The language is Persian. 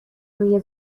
روی